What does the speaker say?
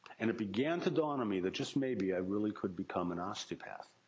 and it began to dawn on me that, just maybe, i really could become an osteopath.